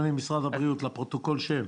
נציג משרד הבריאות, בבקשה.